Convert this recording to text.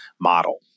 model